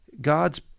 God's